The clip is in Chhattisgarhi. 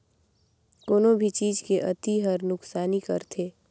कोनो भी चीज के अती हर नुकसानी करथे